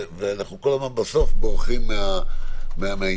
ואנחנו כל הזמן בסוף בורחים מהעניין.